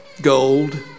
Gold